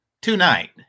tonight